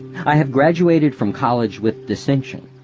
i have graduated from college with distinction,